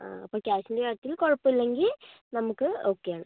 ആ അപ്പോൾ ക്യാഷിൻ്റെ കാര്യത്തിൽ കുഴപ്പമില്ലെങ്കിൽ നമുക്ക് ഓക്കെയാണ്